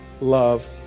love